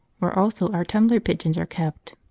where also our tumbler pigeons are kept.